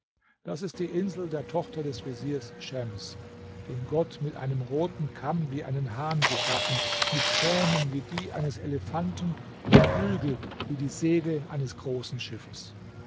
das ist die insel der tochter des veziers schems den gott mit einem roten kamm wie einen hahn geschaffen mit zähnen wie die eines elefanten und flügel wie die segel eines großen schiffes